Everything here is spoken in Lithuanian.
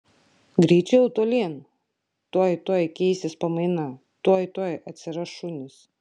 greičiau tolyn tuoj tuoj keisis pamaina tuoj tuoj atsiras šunys